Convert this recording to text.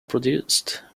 produced